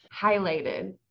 highlighted